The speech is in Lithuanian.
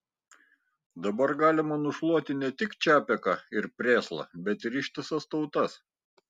dabar galima nušluoti ne tik čapeką ir prėslą bet ir ištisas tautas